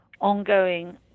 ongoing